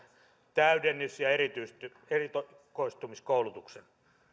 täydennys ja erikoistumiskoulutukset